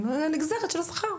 הנגזרת של השכר,